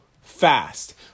fast